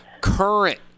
current